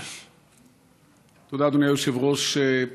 תודה, אדוני היושב-ראש.